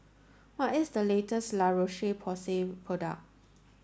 what is the latest La Roche Porsay product